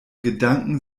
gedanken